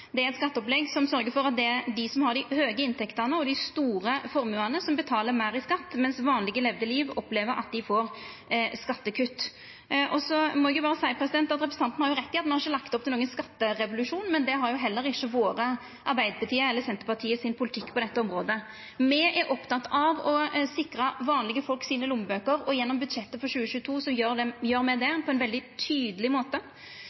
Det er eit skatteopplegg som sørgjer for at det er dei som har dei høge inntektene og dei store formuane, som betaler meir i skatt, mens vanlege levde liv opplever at dei får skattekutt. Så må eg berre seia at representanten har rett i at me ikkje har lagt opp til nokon skatterevolusjon, men det har heller ikkje vore politikken til Arbeidarpartiet eller Senterpartiet på dette området. Me er opptekne av å sikra lommeboka til vanlege folk , og gjennom budsjettet for 2022 gjer me det på ein veldig tydeleg måte.